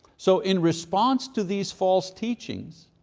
so in response to these false teachings,